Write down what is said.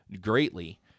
greatly